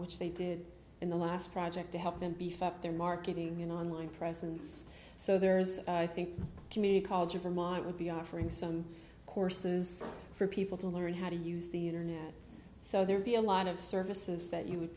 which they did in the last project to help them beef up their marketing and online presence so there is a think community college of vermont would be offering some courses for people to learn how to use the internet so there'd be a lot of services that you would